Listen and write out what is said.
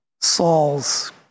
Saul's